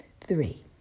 Three